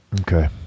Okay